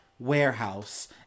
warehouse